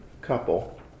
couple